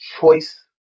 choice